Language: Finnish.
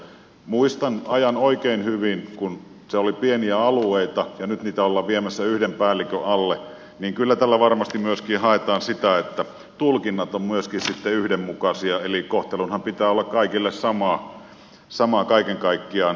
muistan oikein hyvin ajan kun oli pieniä alueita ja nyt niitä ollaan viemässä yhden päällikön alle kyllä tällä varmasti myöskin haetaan sitä että tulkinnat ovat myöskin sitten yhdenmukaisia eli kohtelunhan pitää olla kaikille sama kaiken kaikkiaan